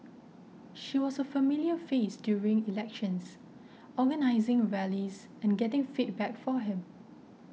she was a familiar face during elections organising rallies and getting feedback for him